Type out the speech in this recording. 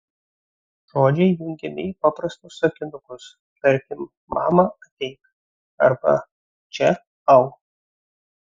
žodžiai jungiami į paprastus sakinukus tarkim mama ateik arba čia au